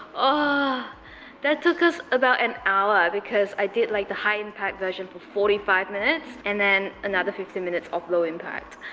ah that took us about an hour because i did like the high impact version for forty five minutes and then another fifteen minutes of low impact.